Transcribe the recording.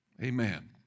Amen